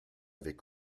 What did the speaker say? avait